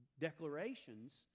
declarations